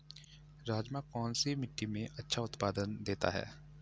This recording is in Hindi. राजमा कौन सी मिट्टी में अच्छा उत्पादन देता है?